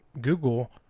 Google